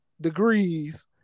degrees